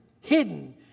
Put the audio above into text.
hidden